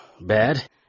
bad